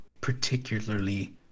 particularly